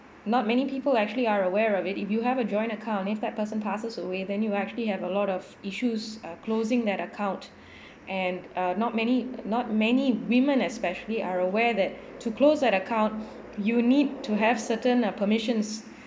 not many people actually are aware of it if you have a joint account if that person passes away then you actually have a lot of issues uh closing that account and uh not many not many women especially are aware that to close that account you need to have certain uh permissions